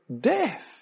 death